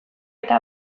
eta